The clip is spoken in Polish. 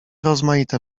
rozmaite